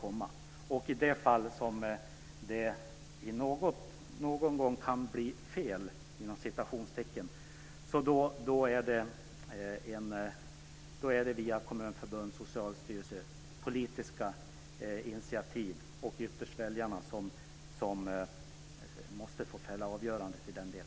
Om det någon gång kan bli "fel" får avgörandet fällas via Kommunförbundet och Socialstyrelsen, via politiska initiativ och ytterst genom väljarnas dom.